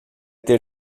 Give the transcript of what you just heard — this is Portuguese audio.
ter